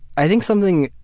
i think something